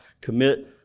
commit